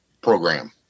program